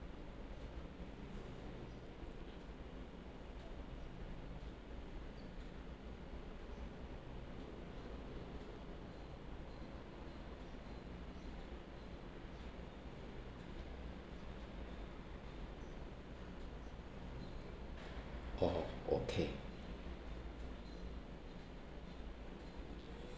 oh okay